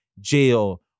jail